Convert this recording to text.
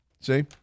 See